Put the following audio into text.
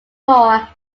more